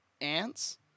ants